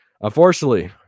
Unfortunately